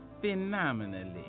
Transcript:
phenomenally